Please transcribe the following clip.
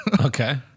Okay